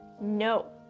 no